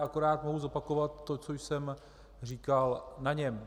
Akorát mohu zopakovat to, co jsem říkal na něm.